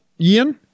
Ian